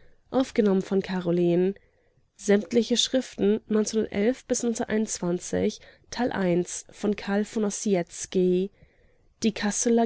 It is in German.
die kasseler